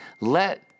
let